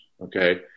Okay